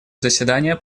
заседание